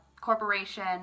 corporation